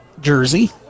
jersey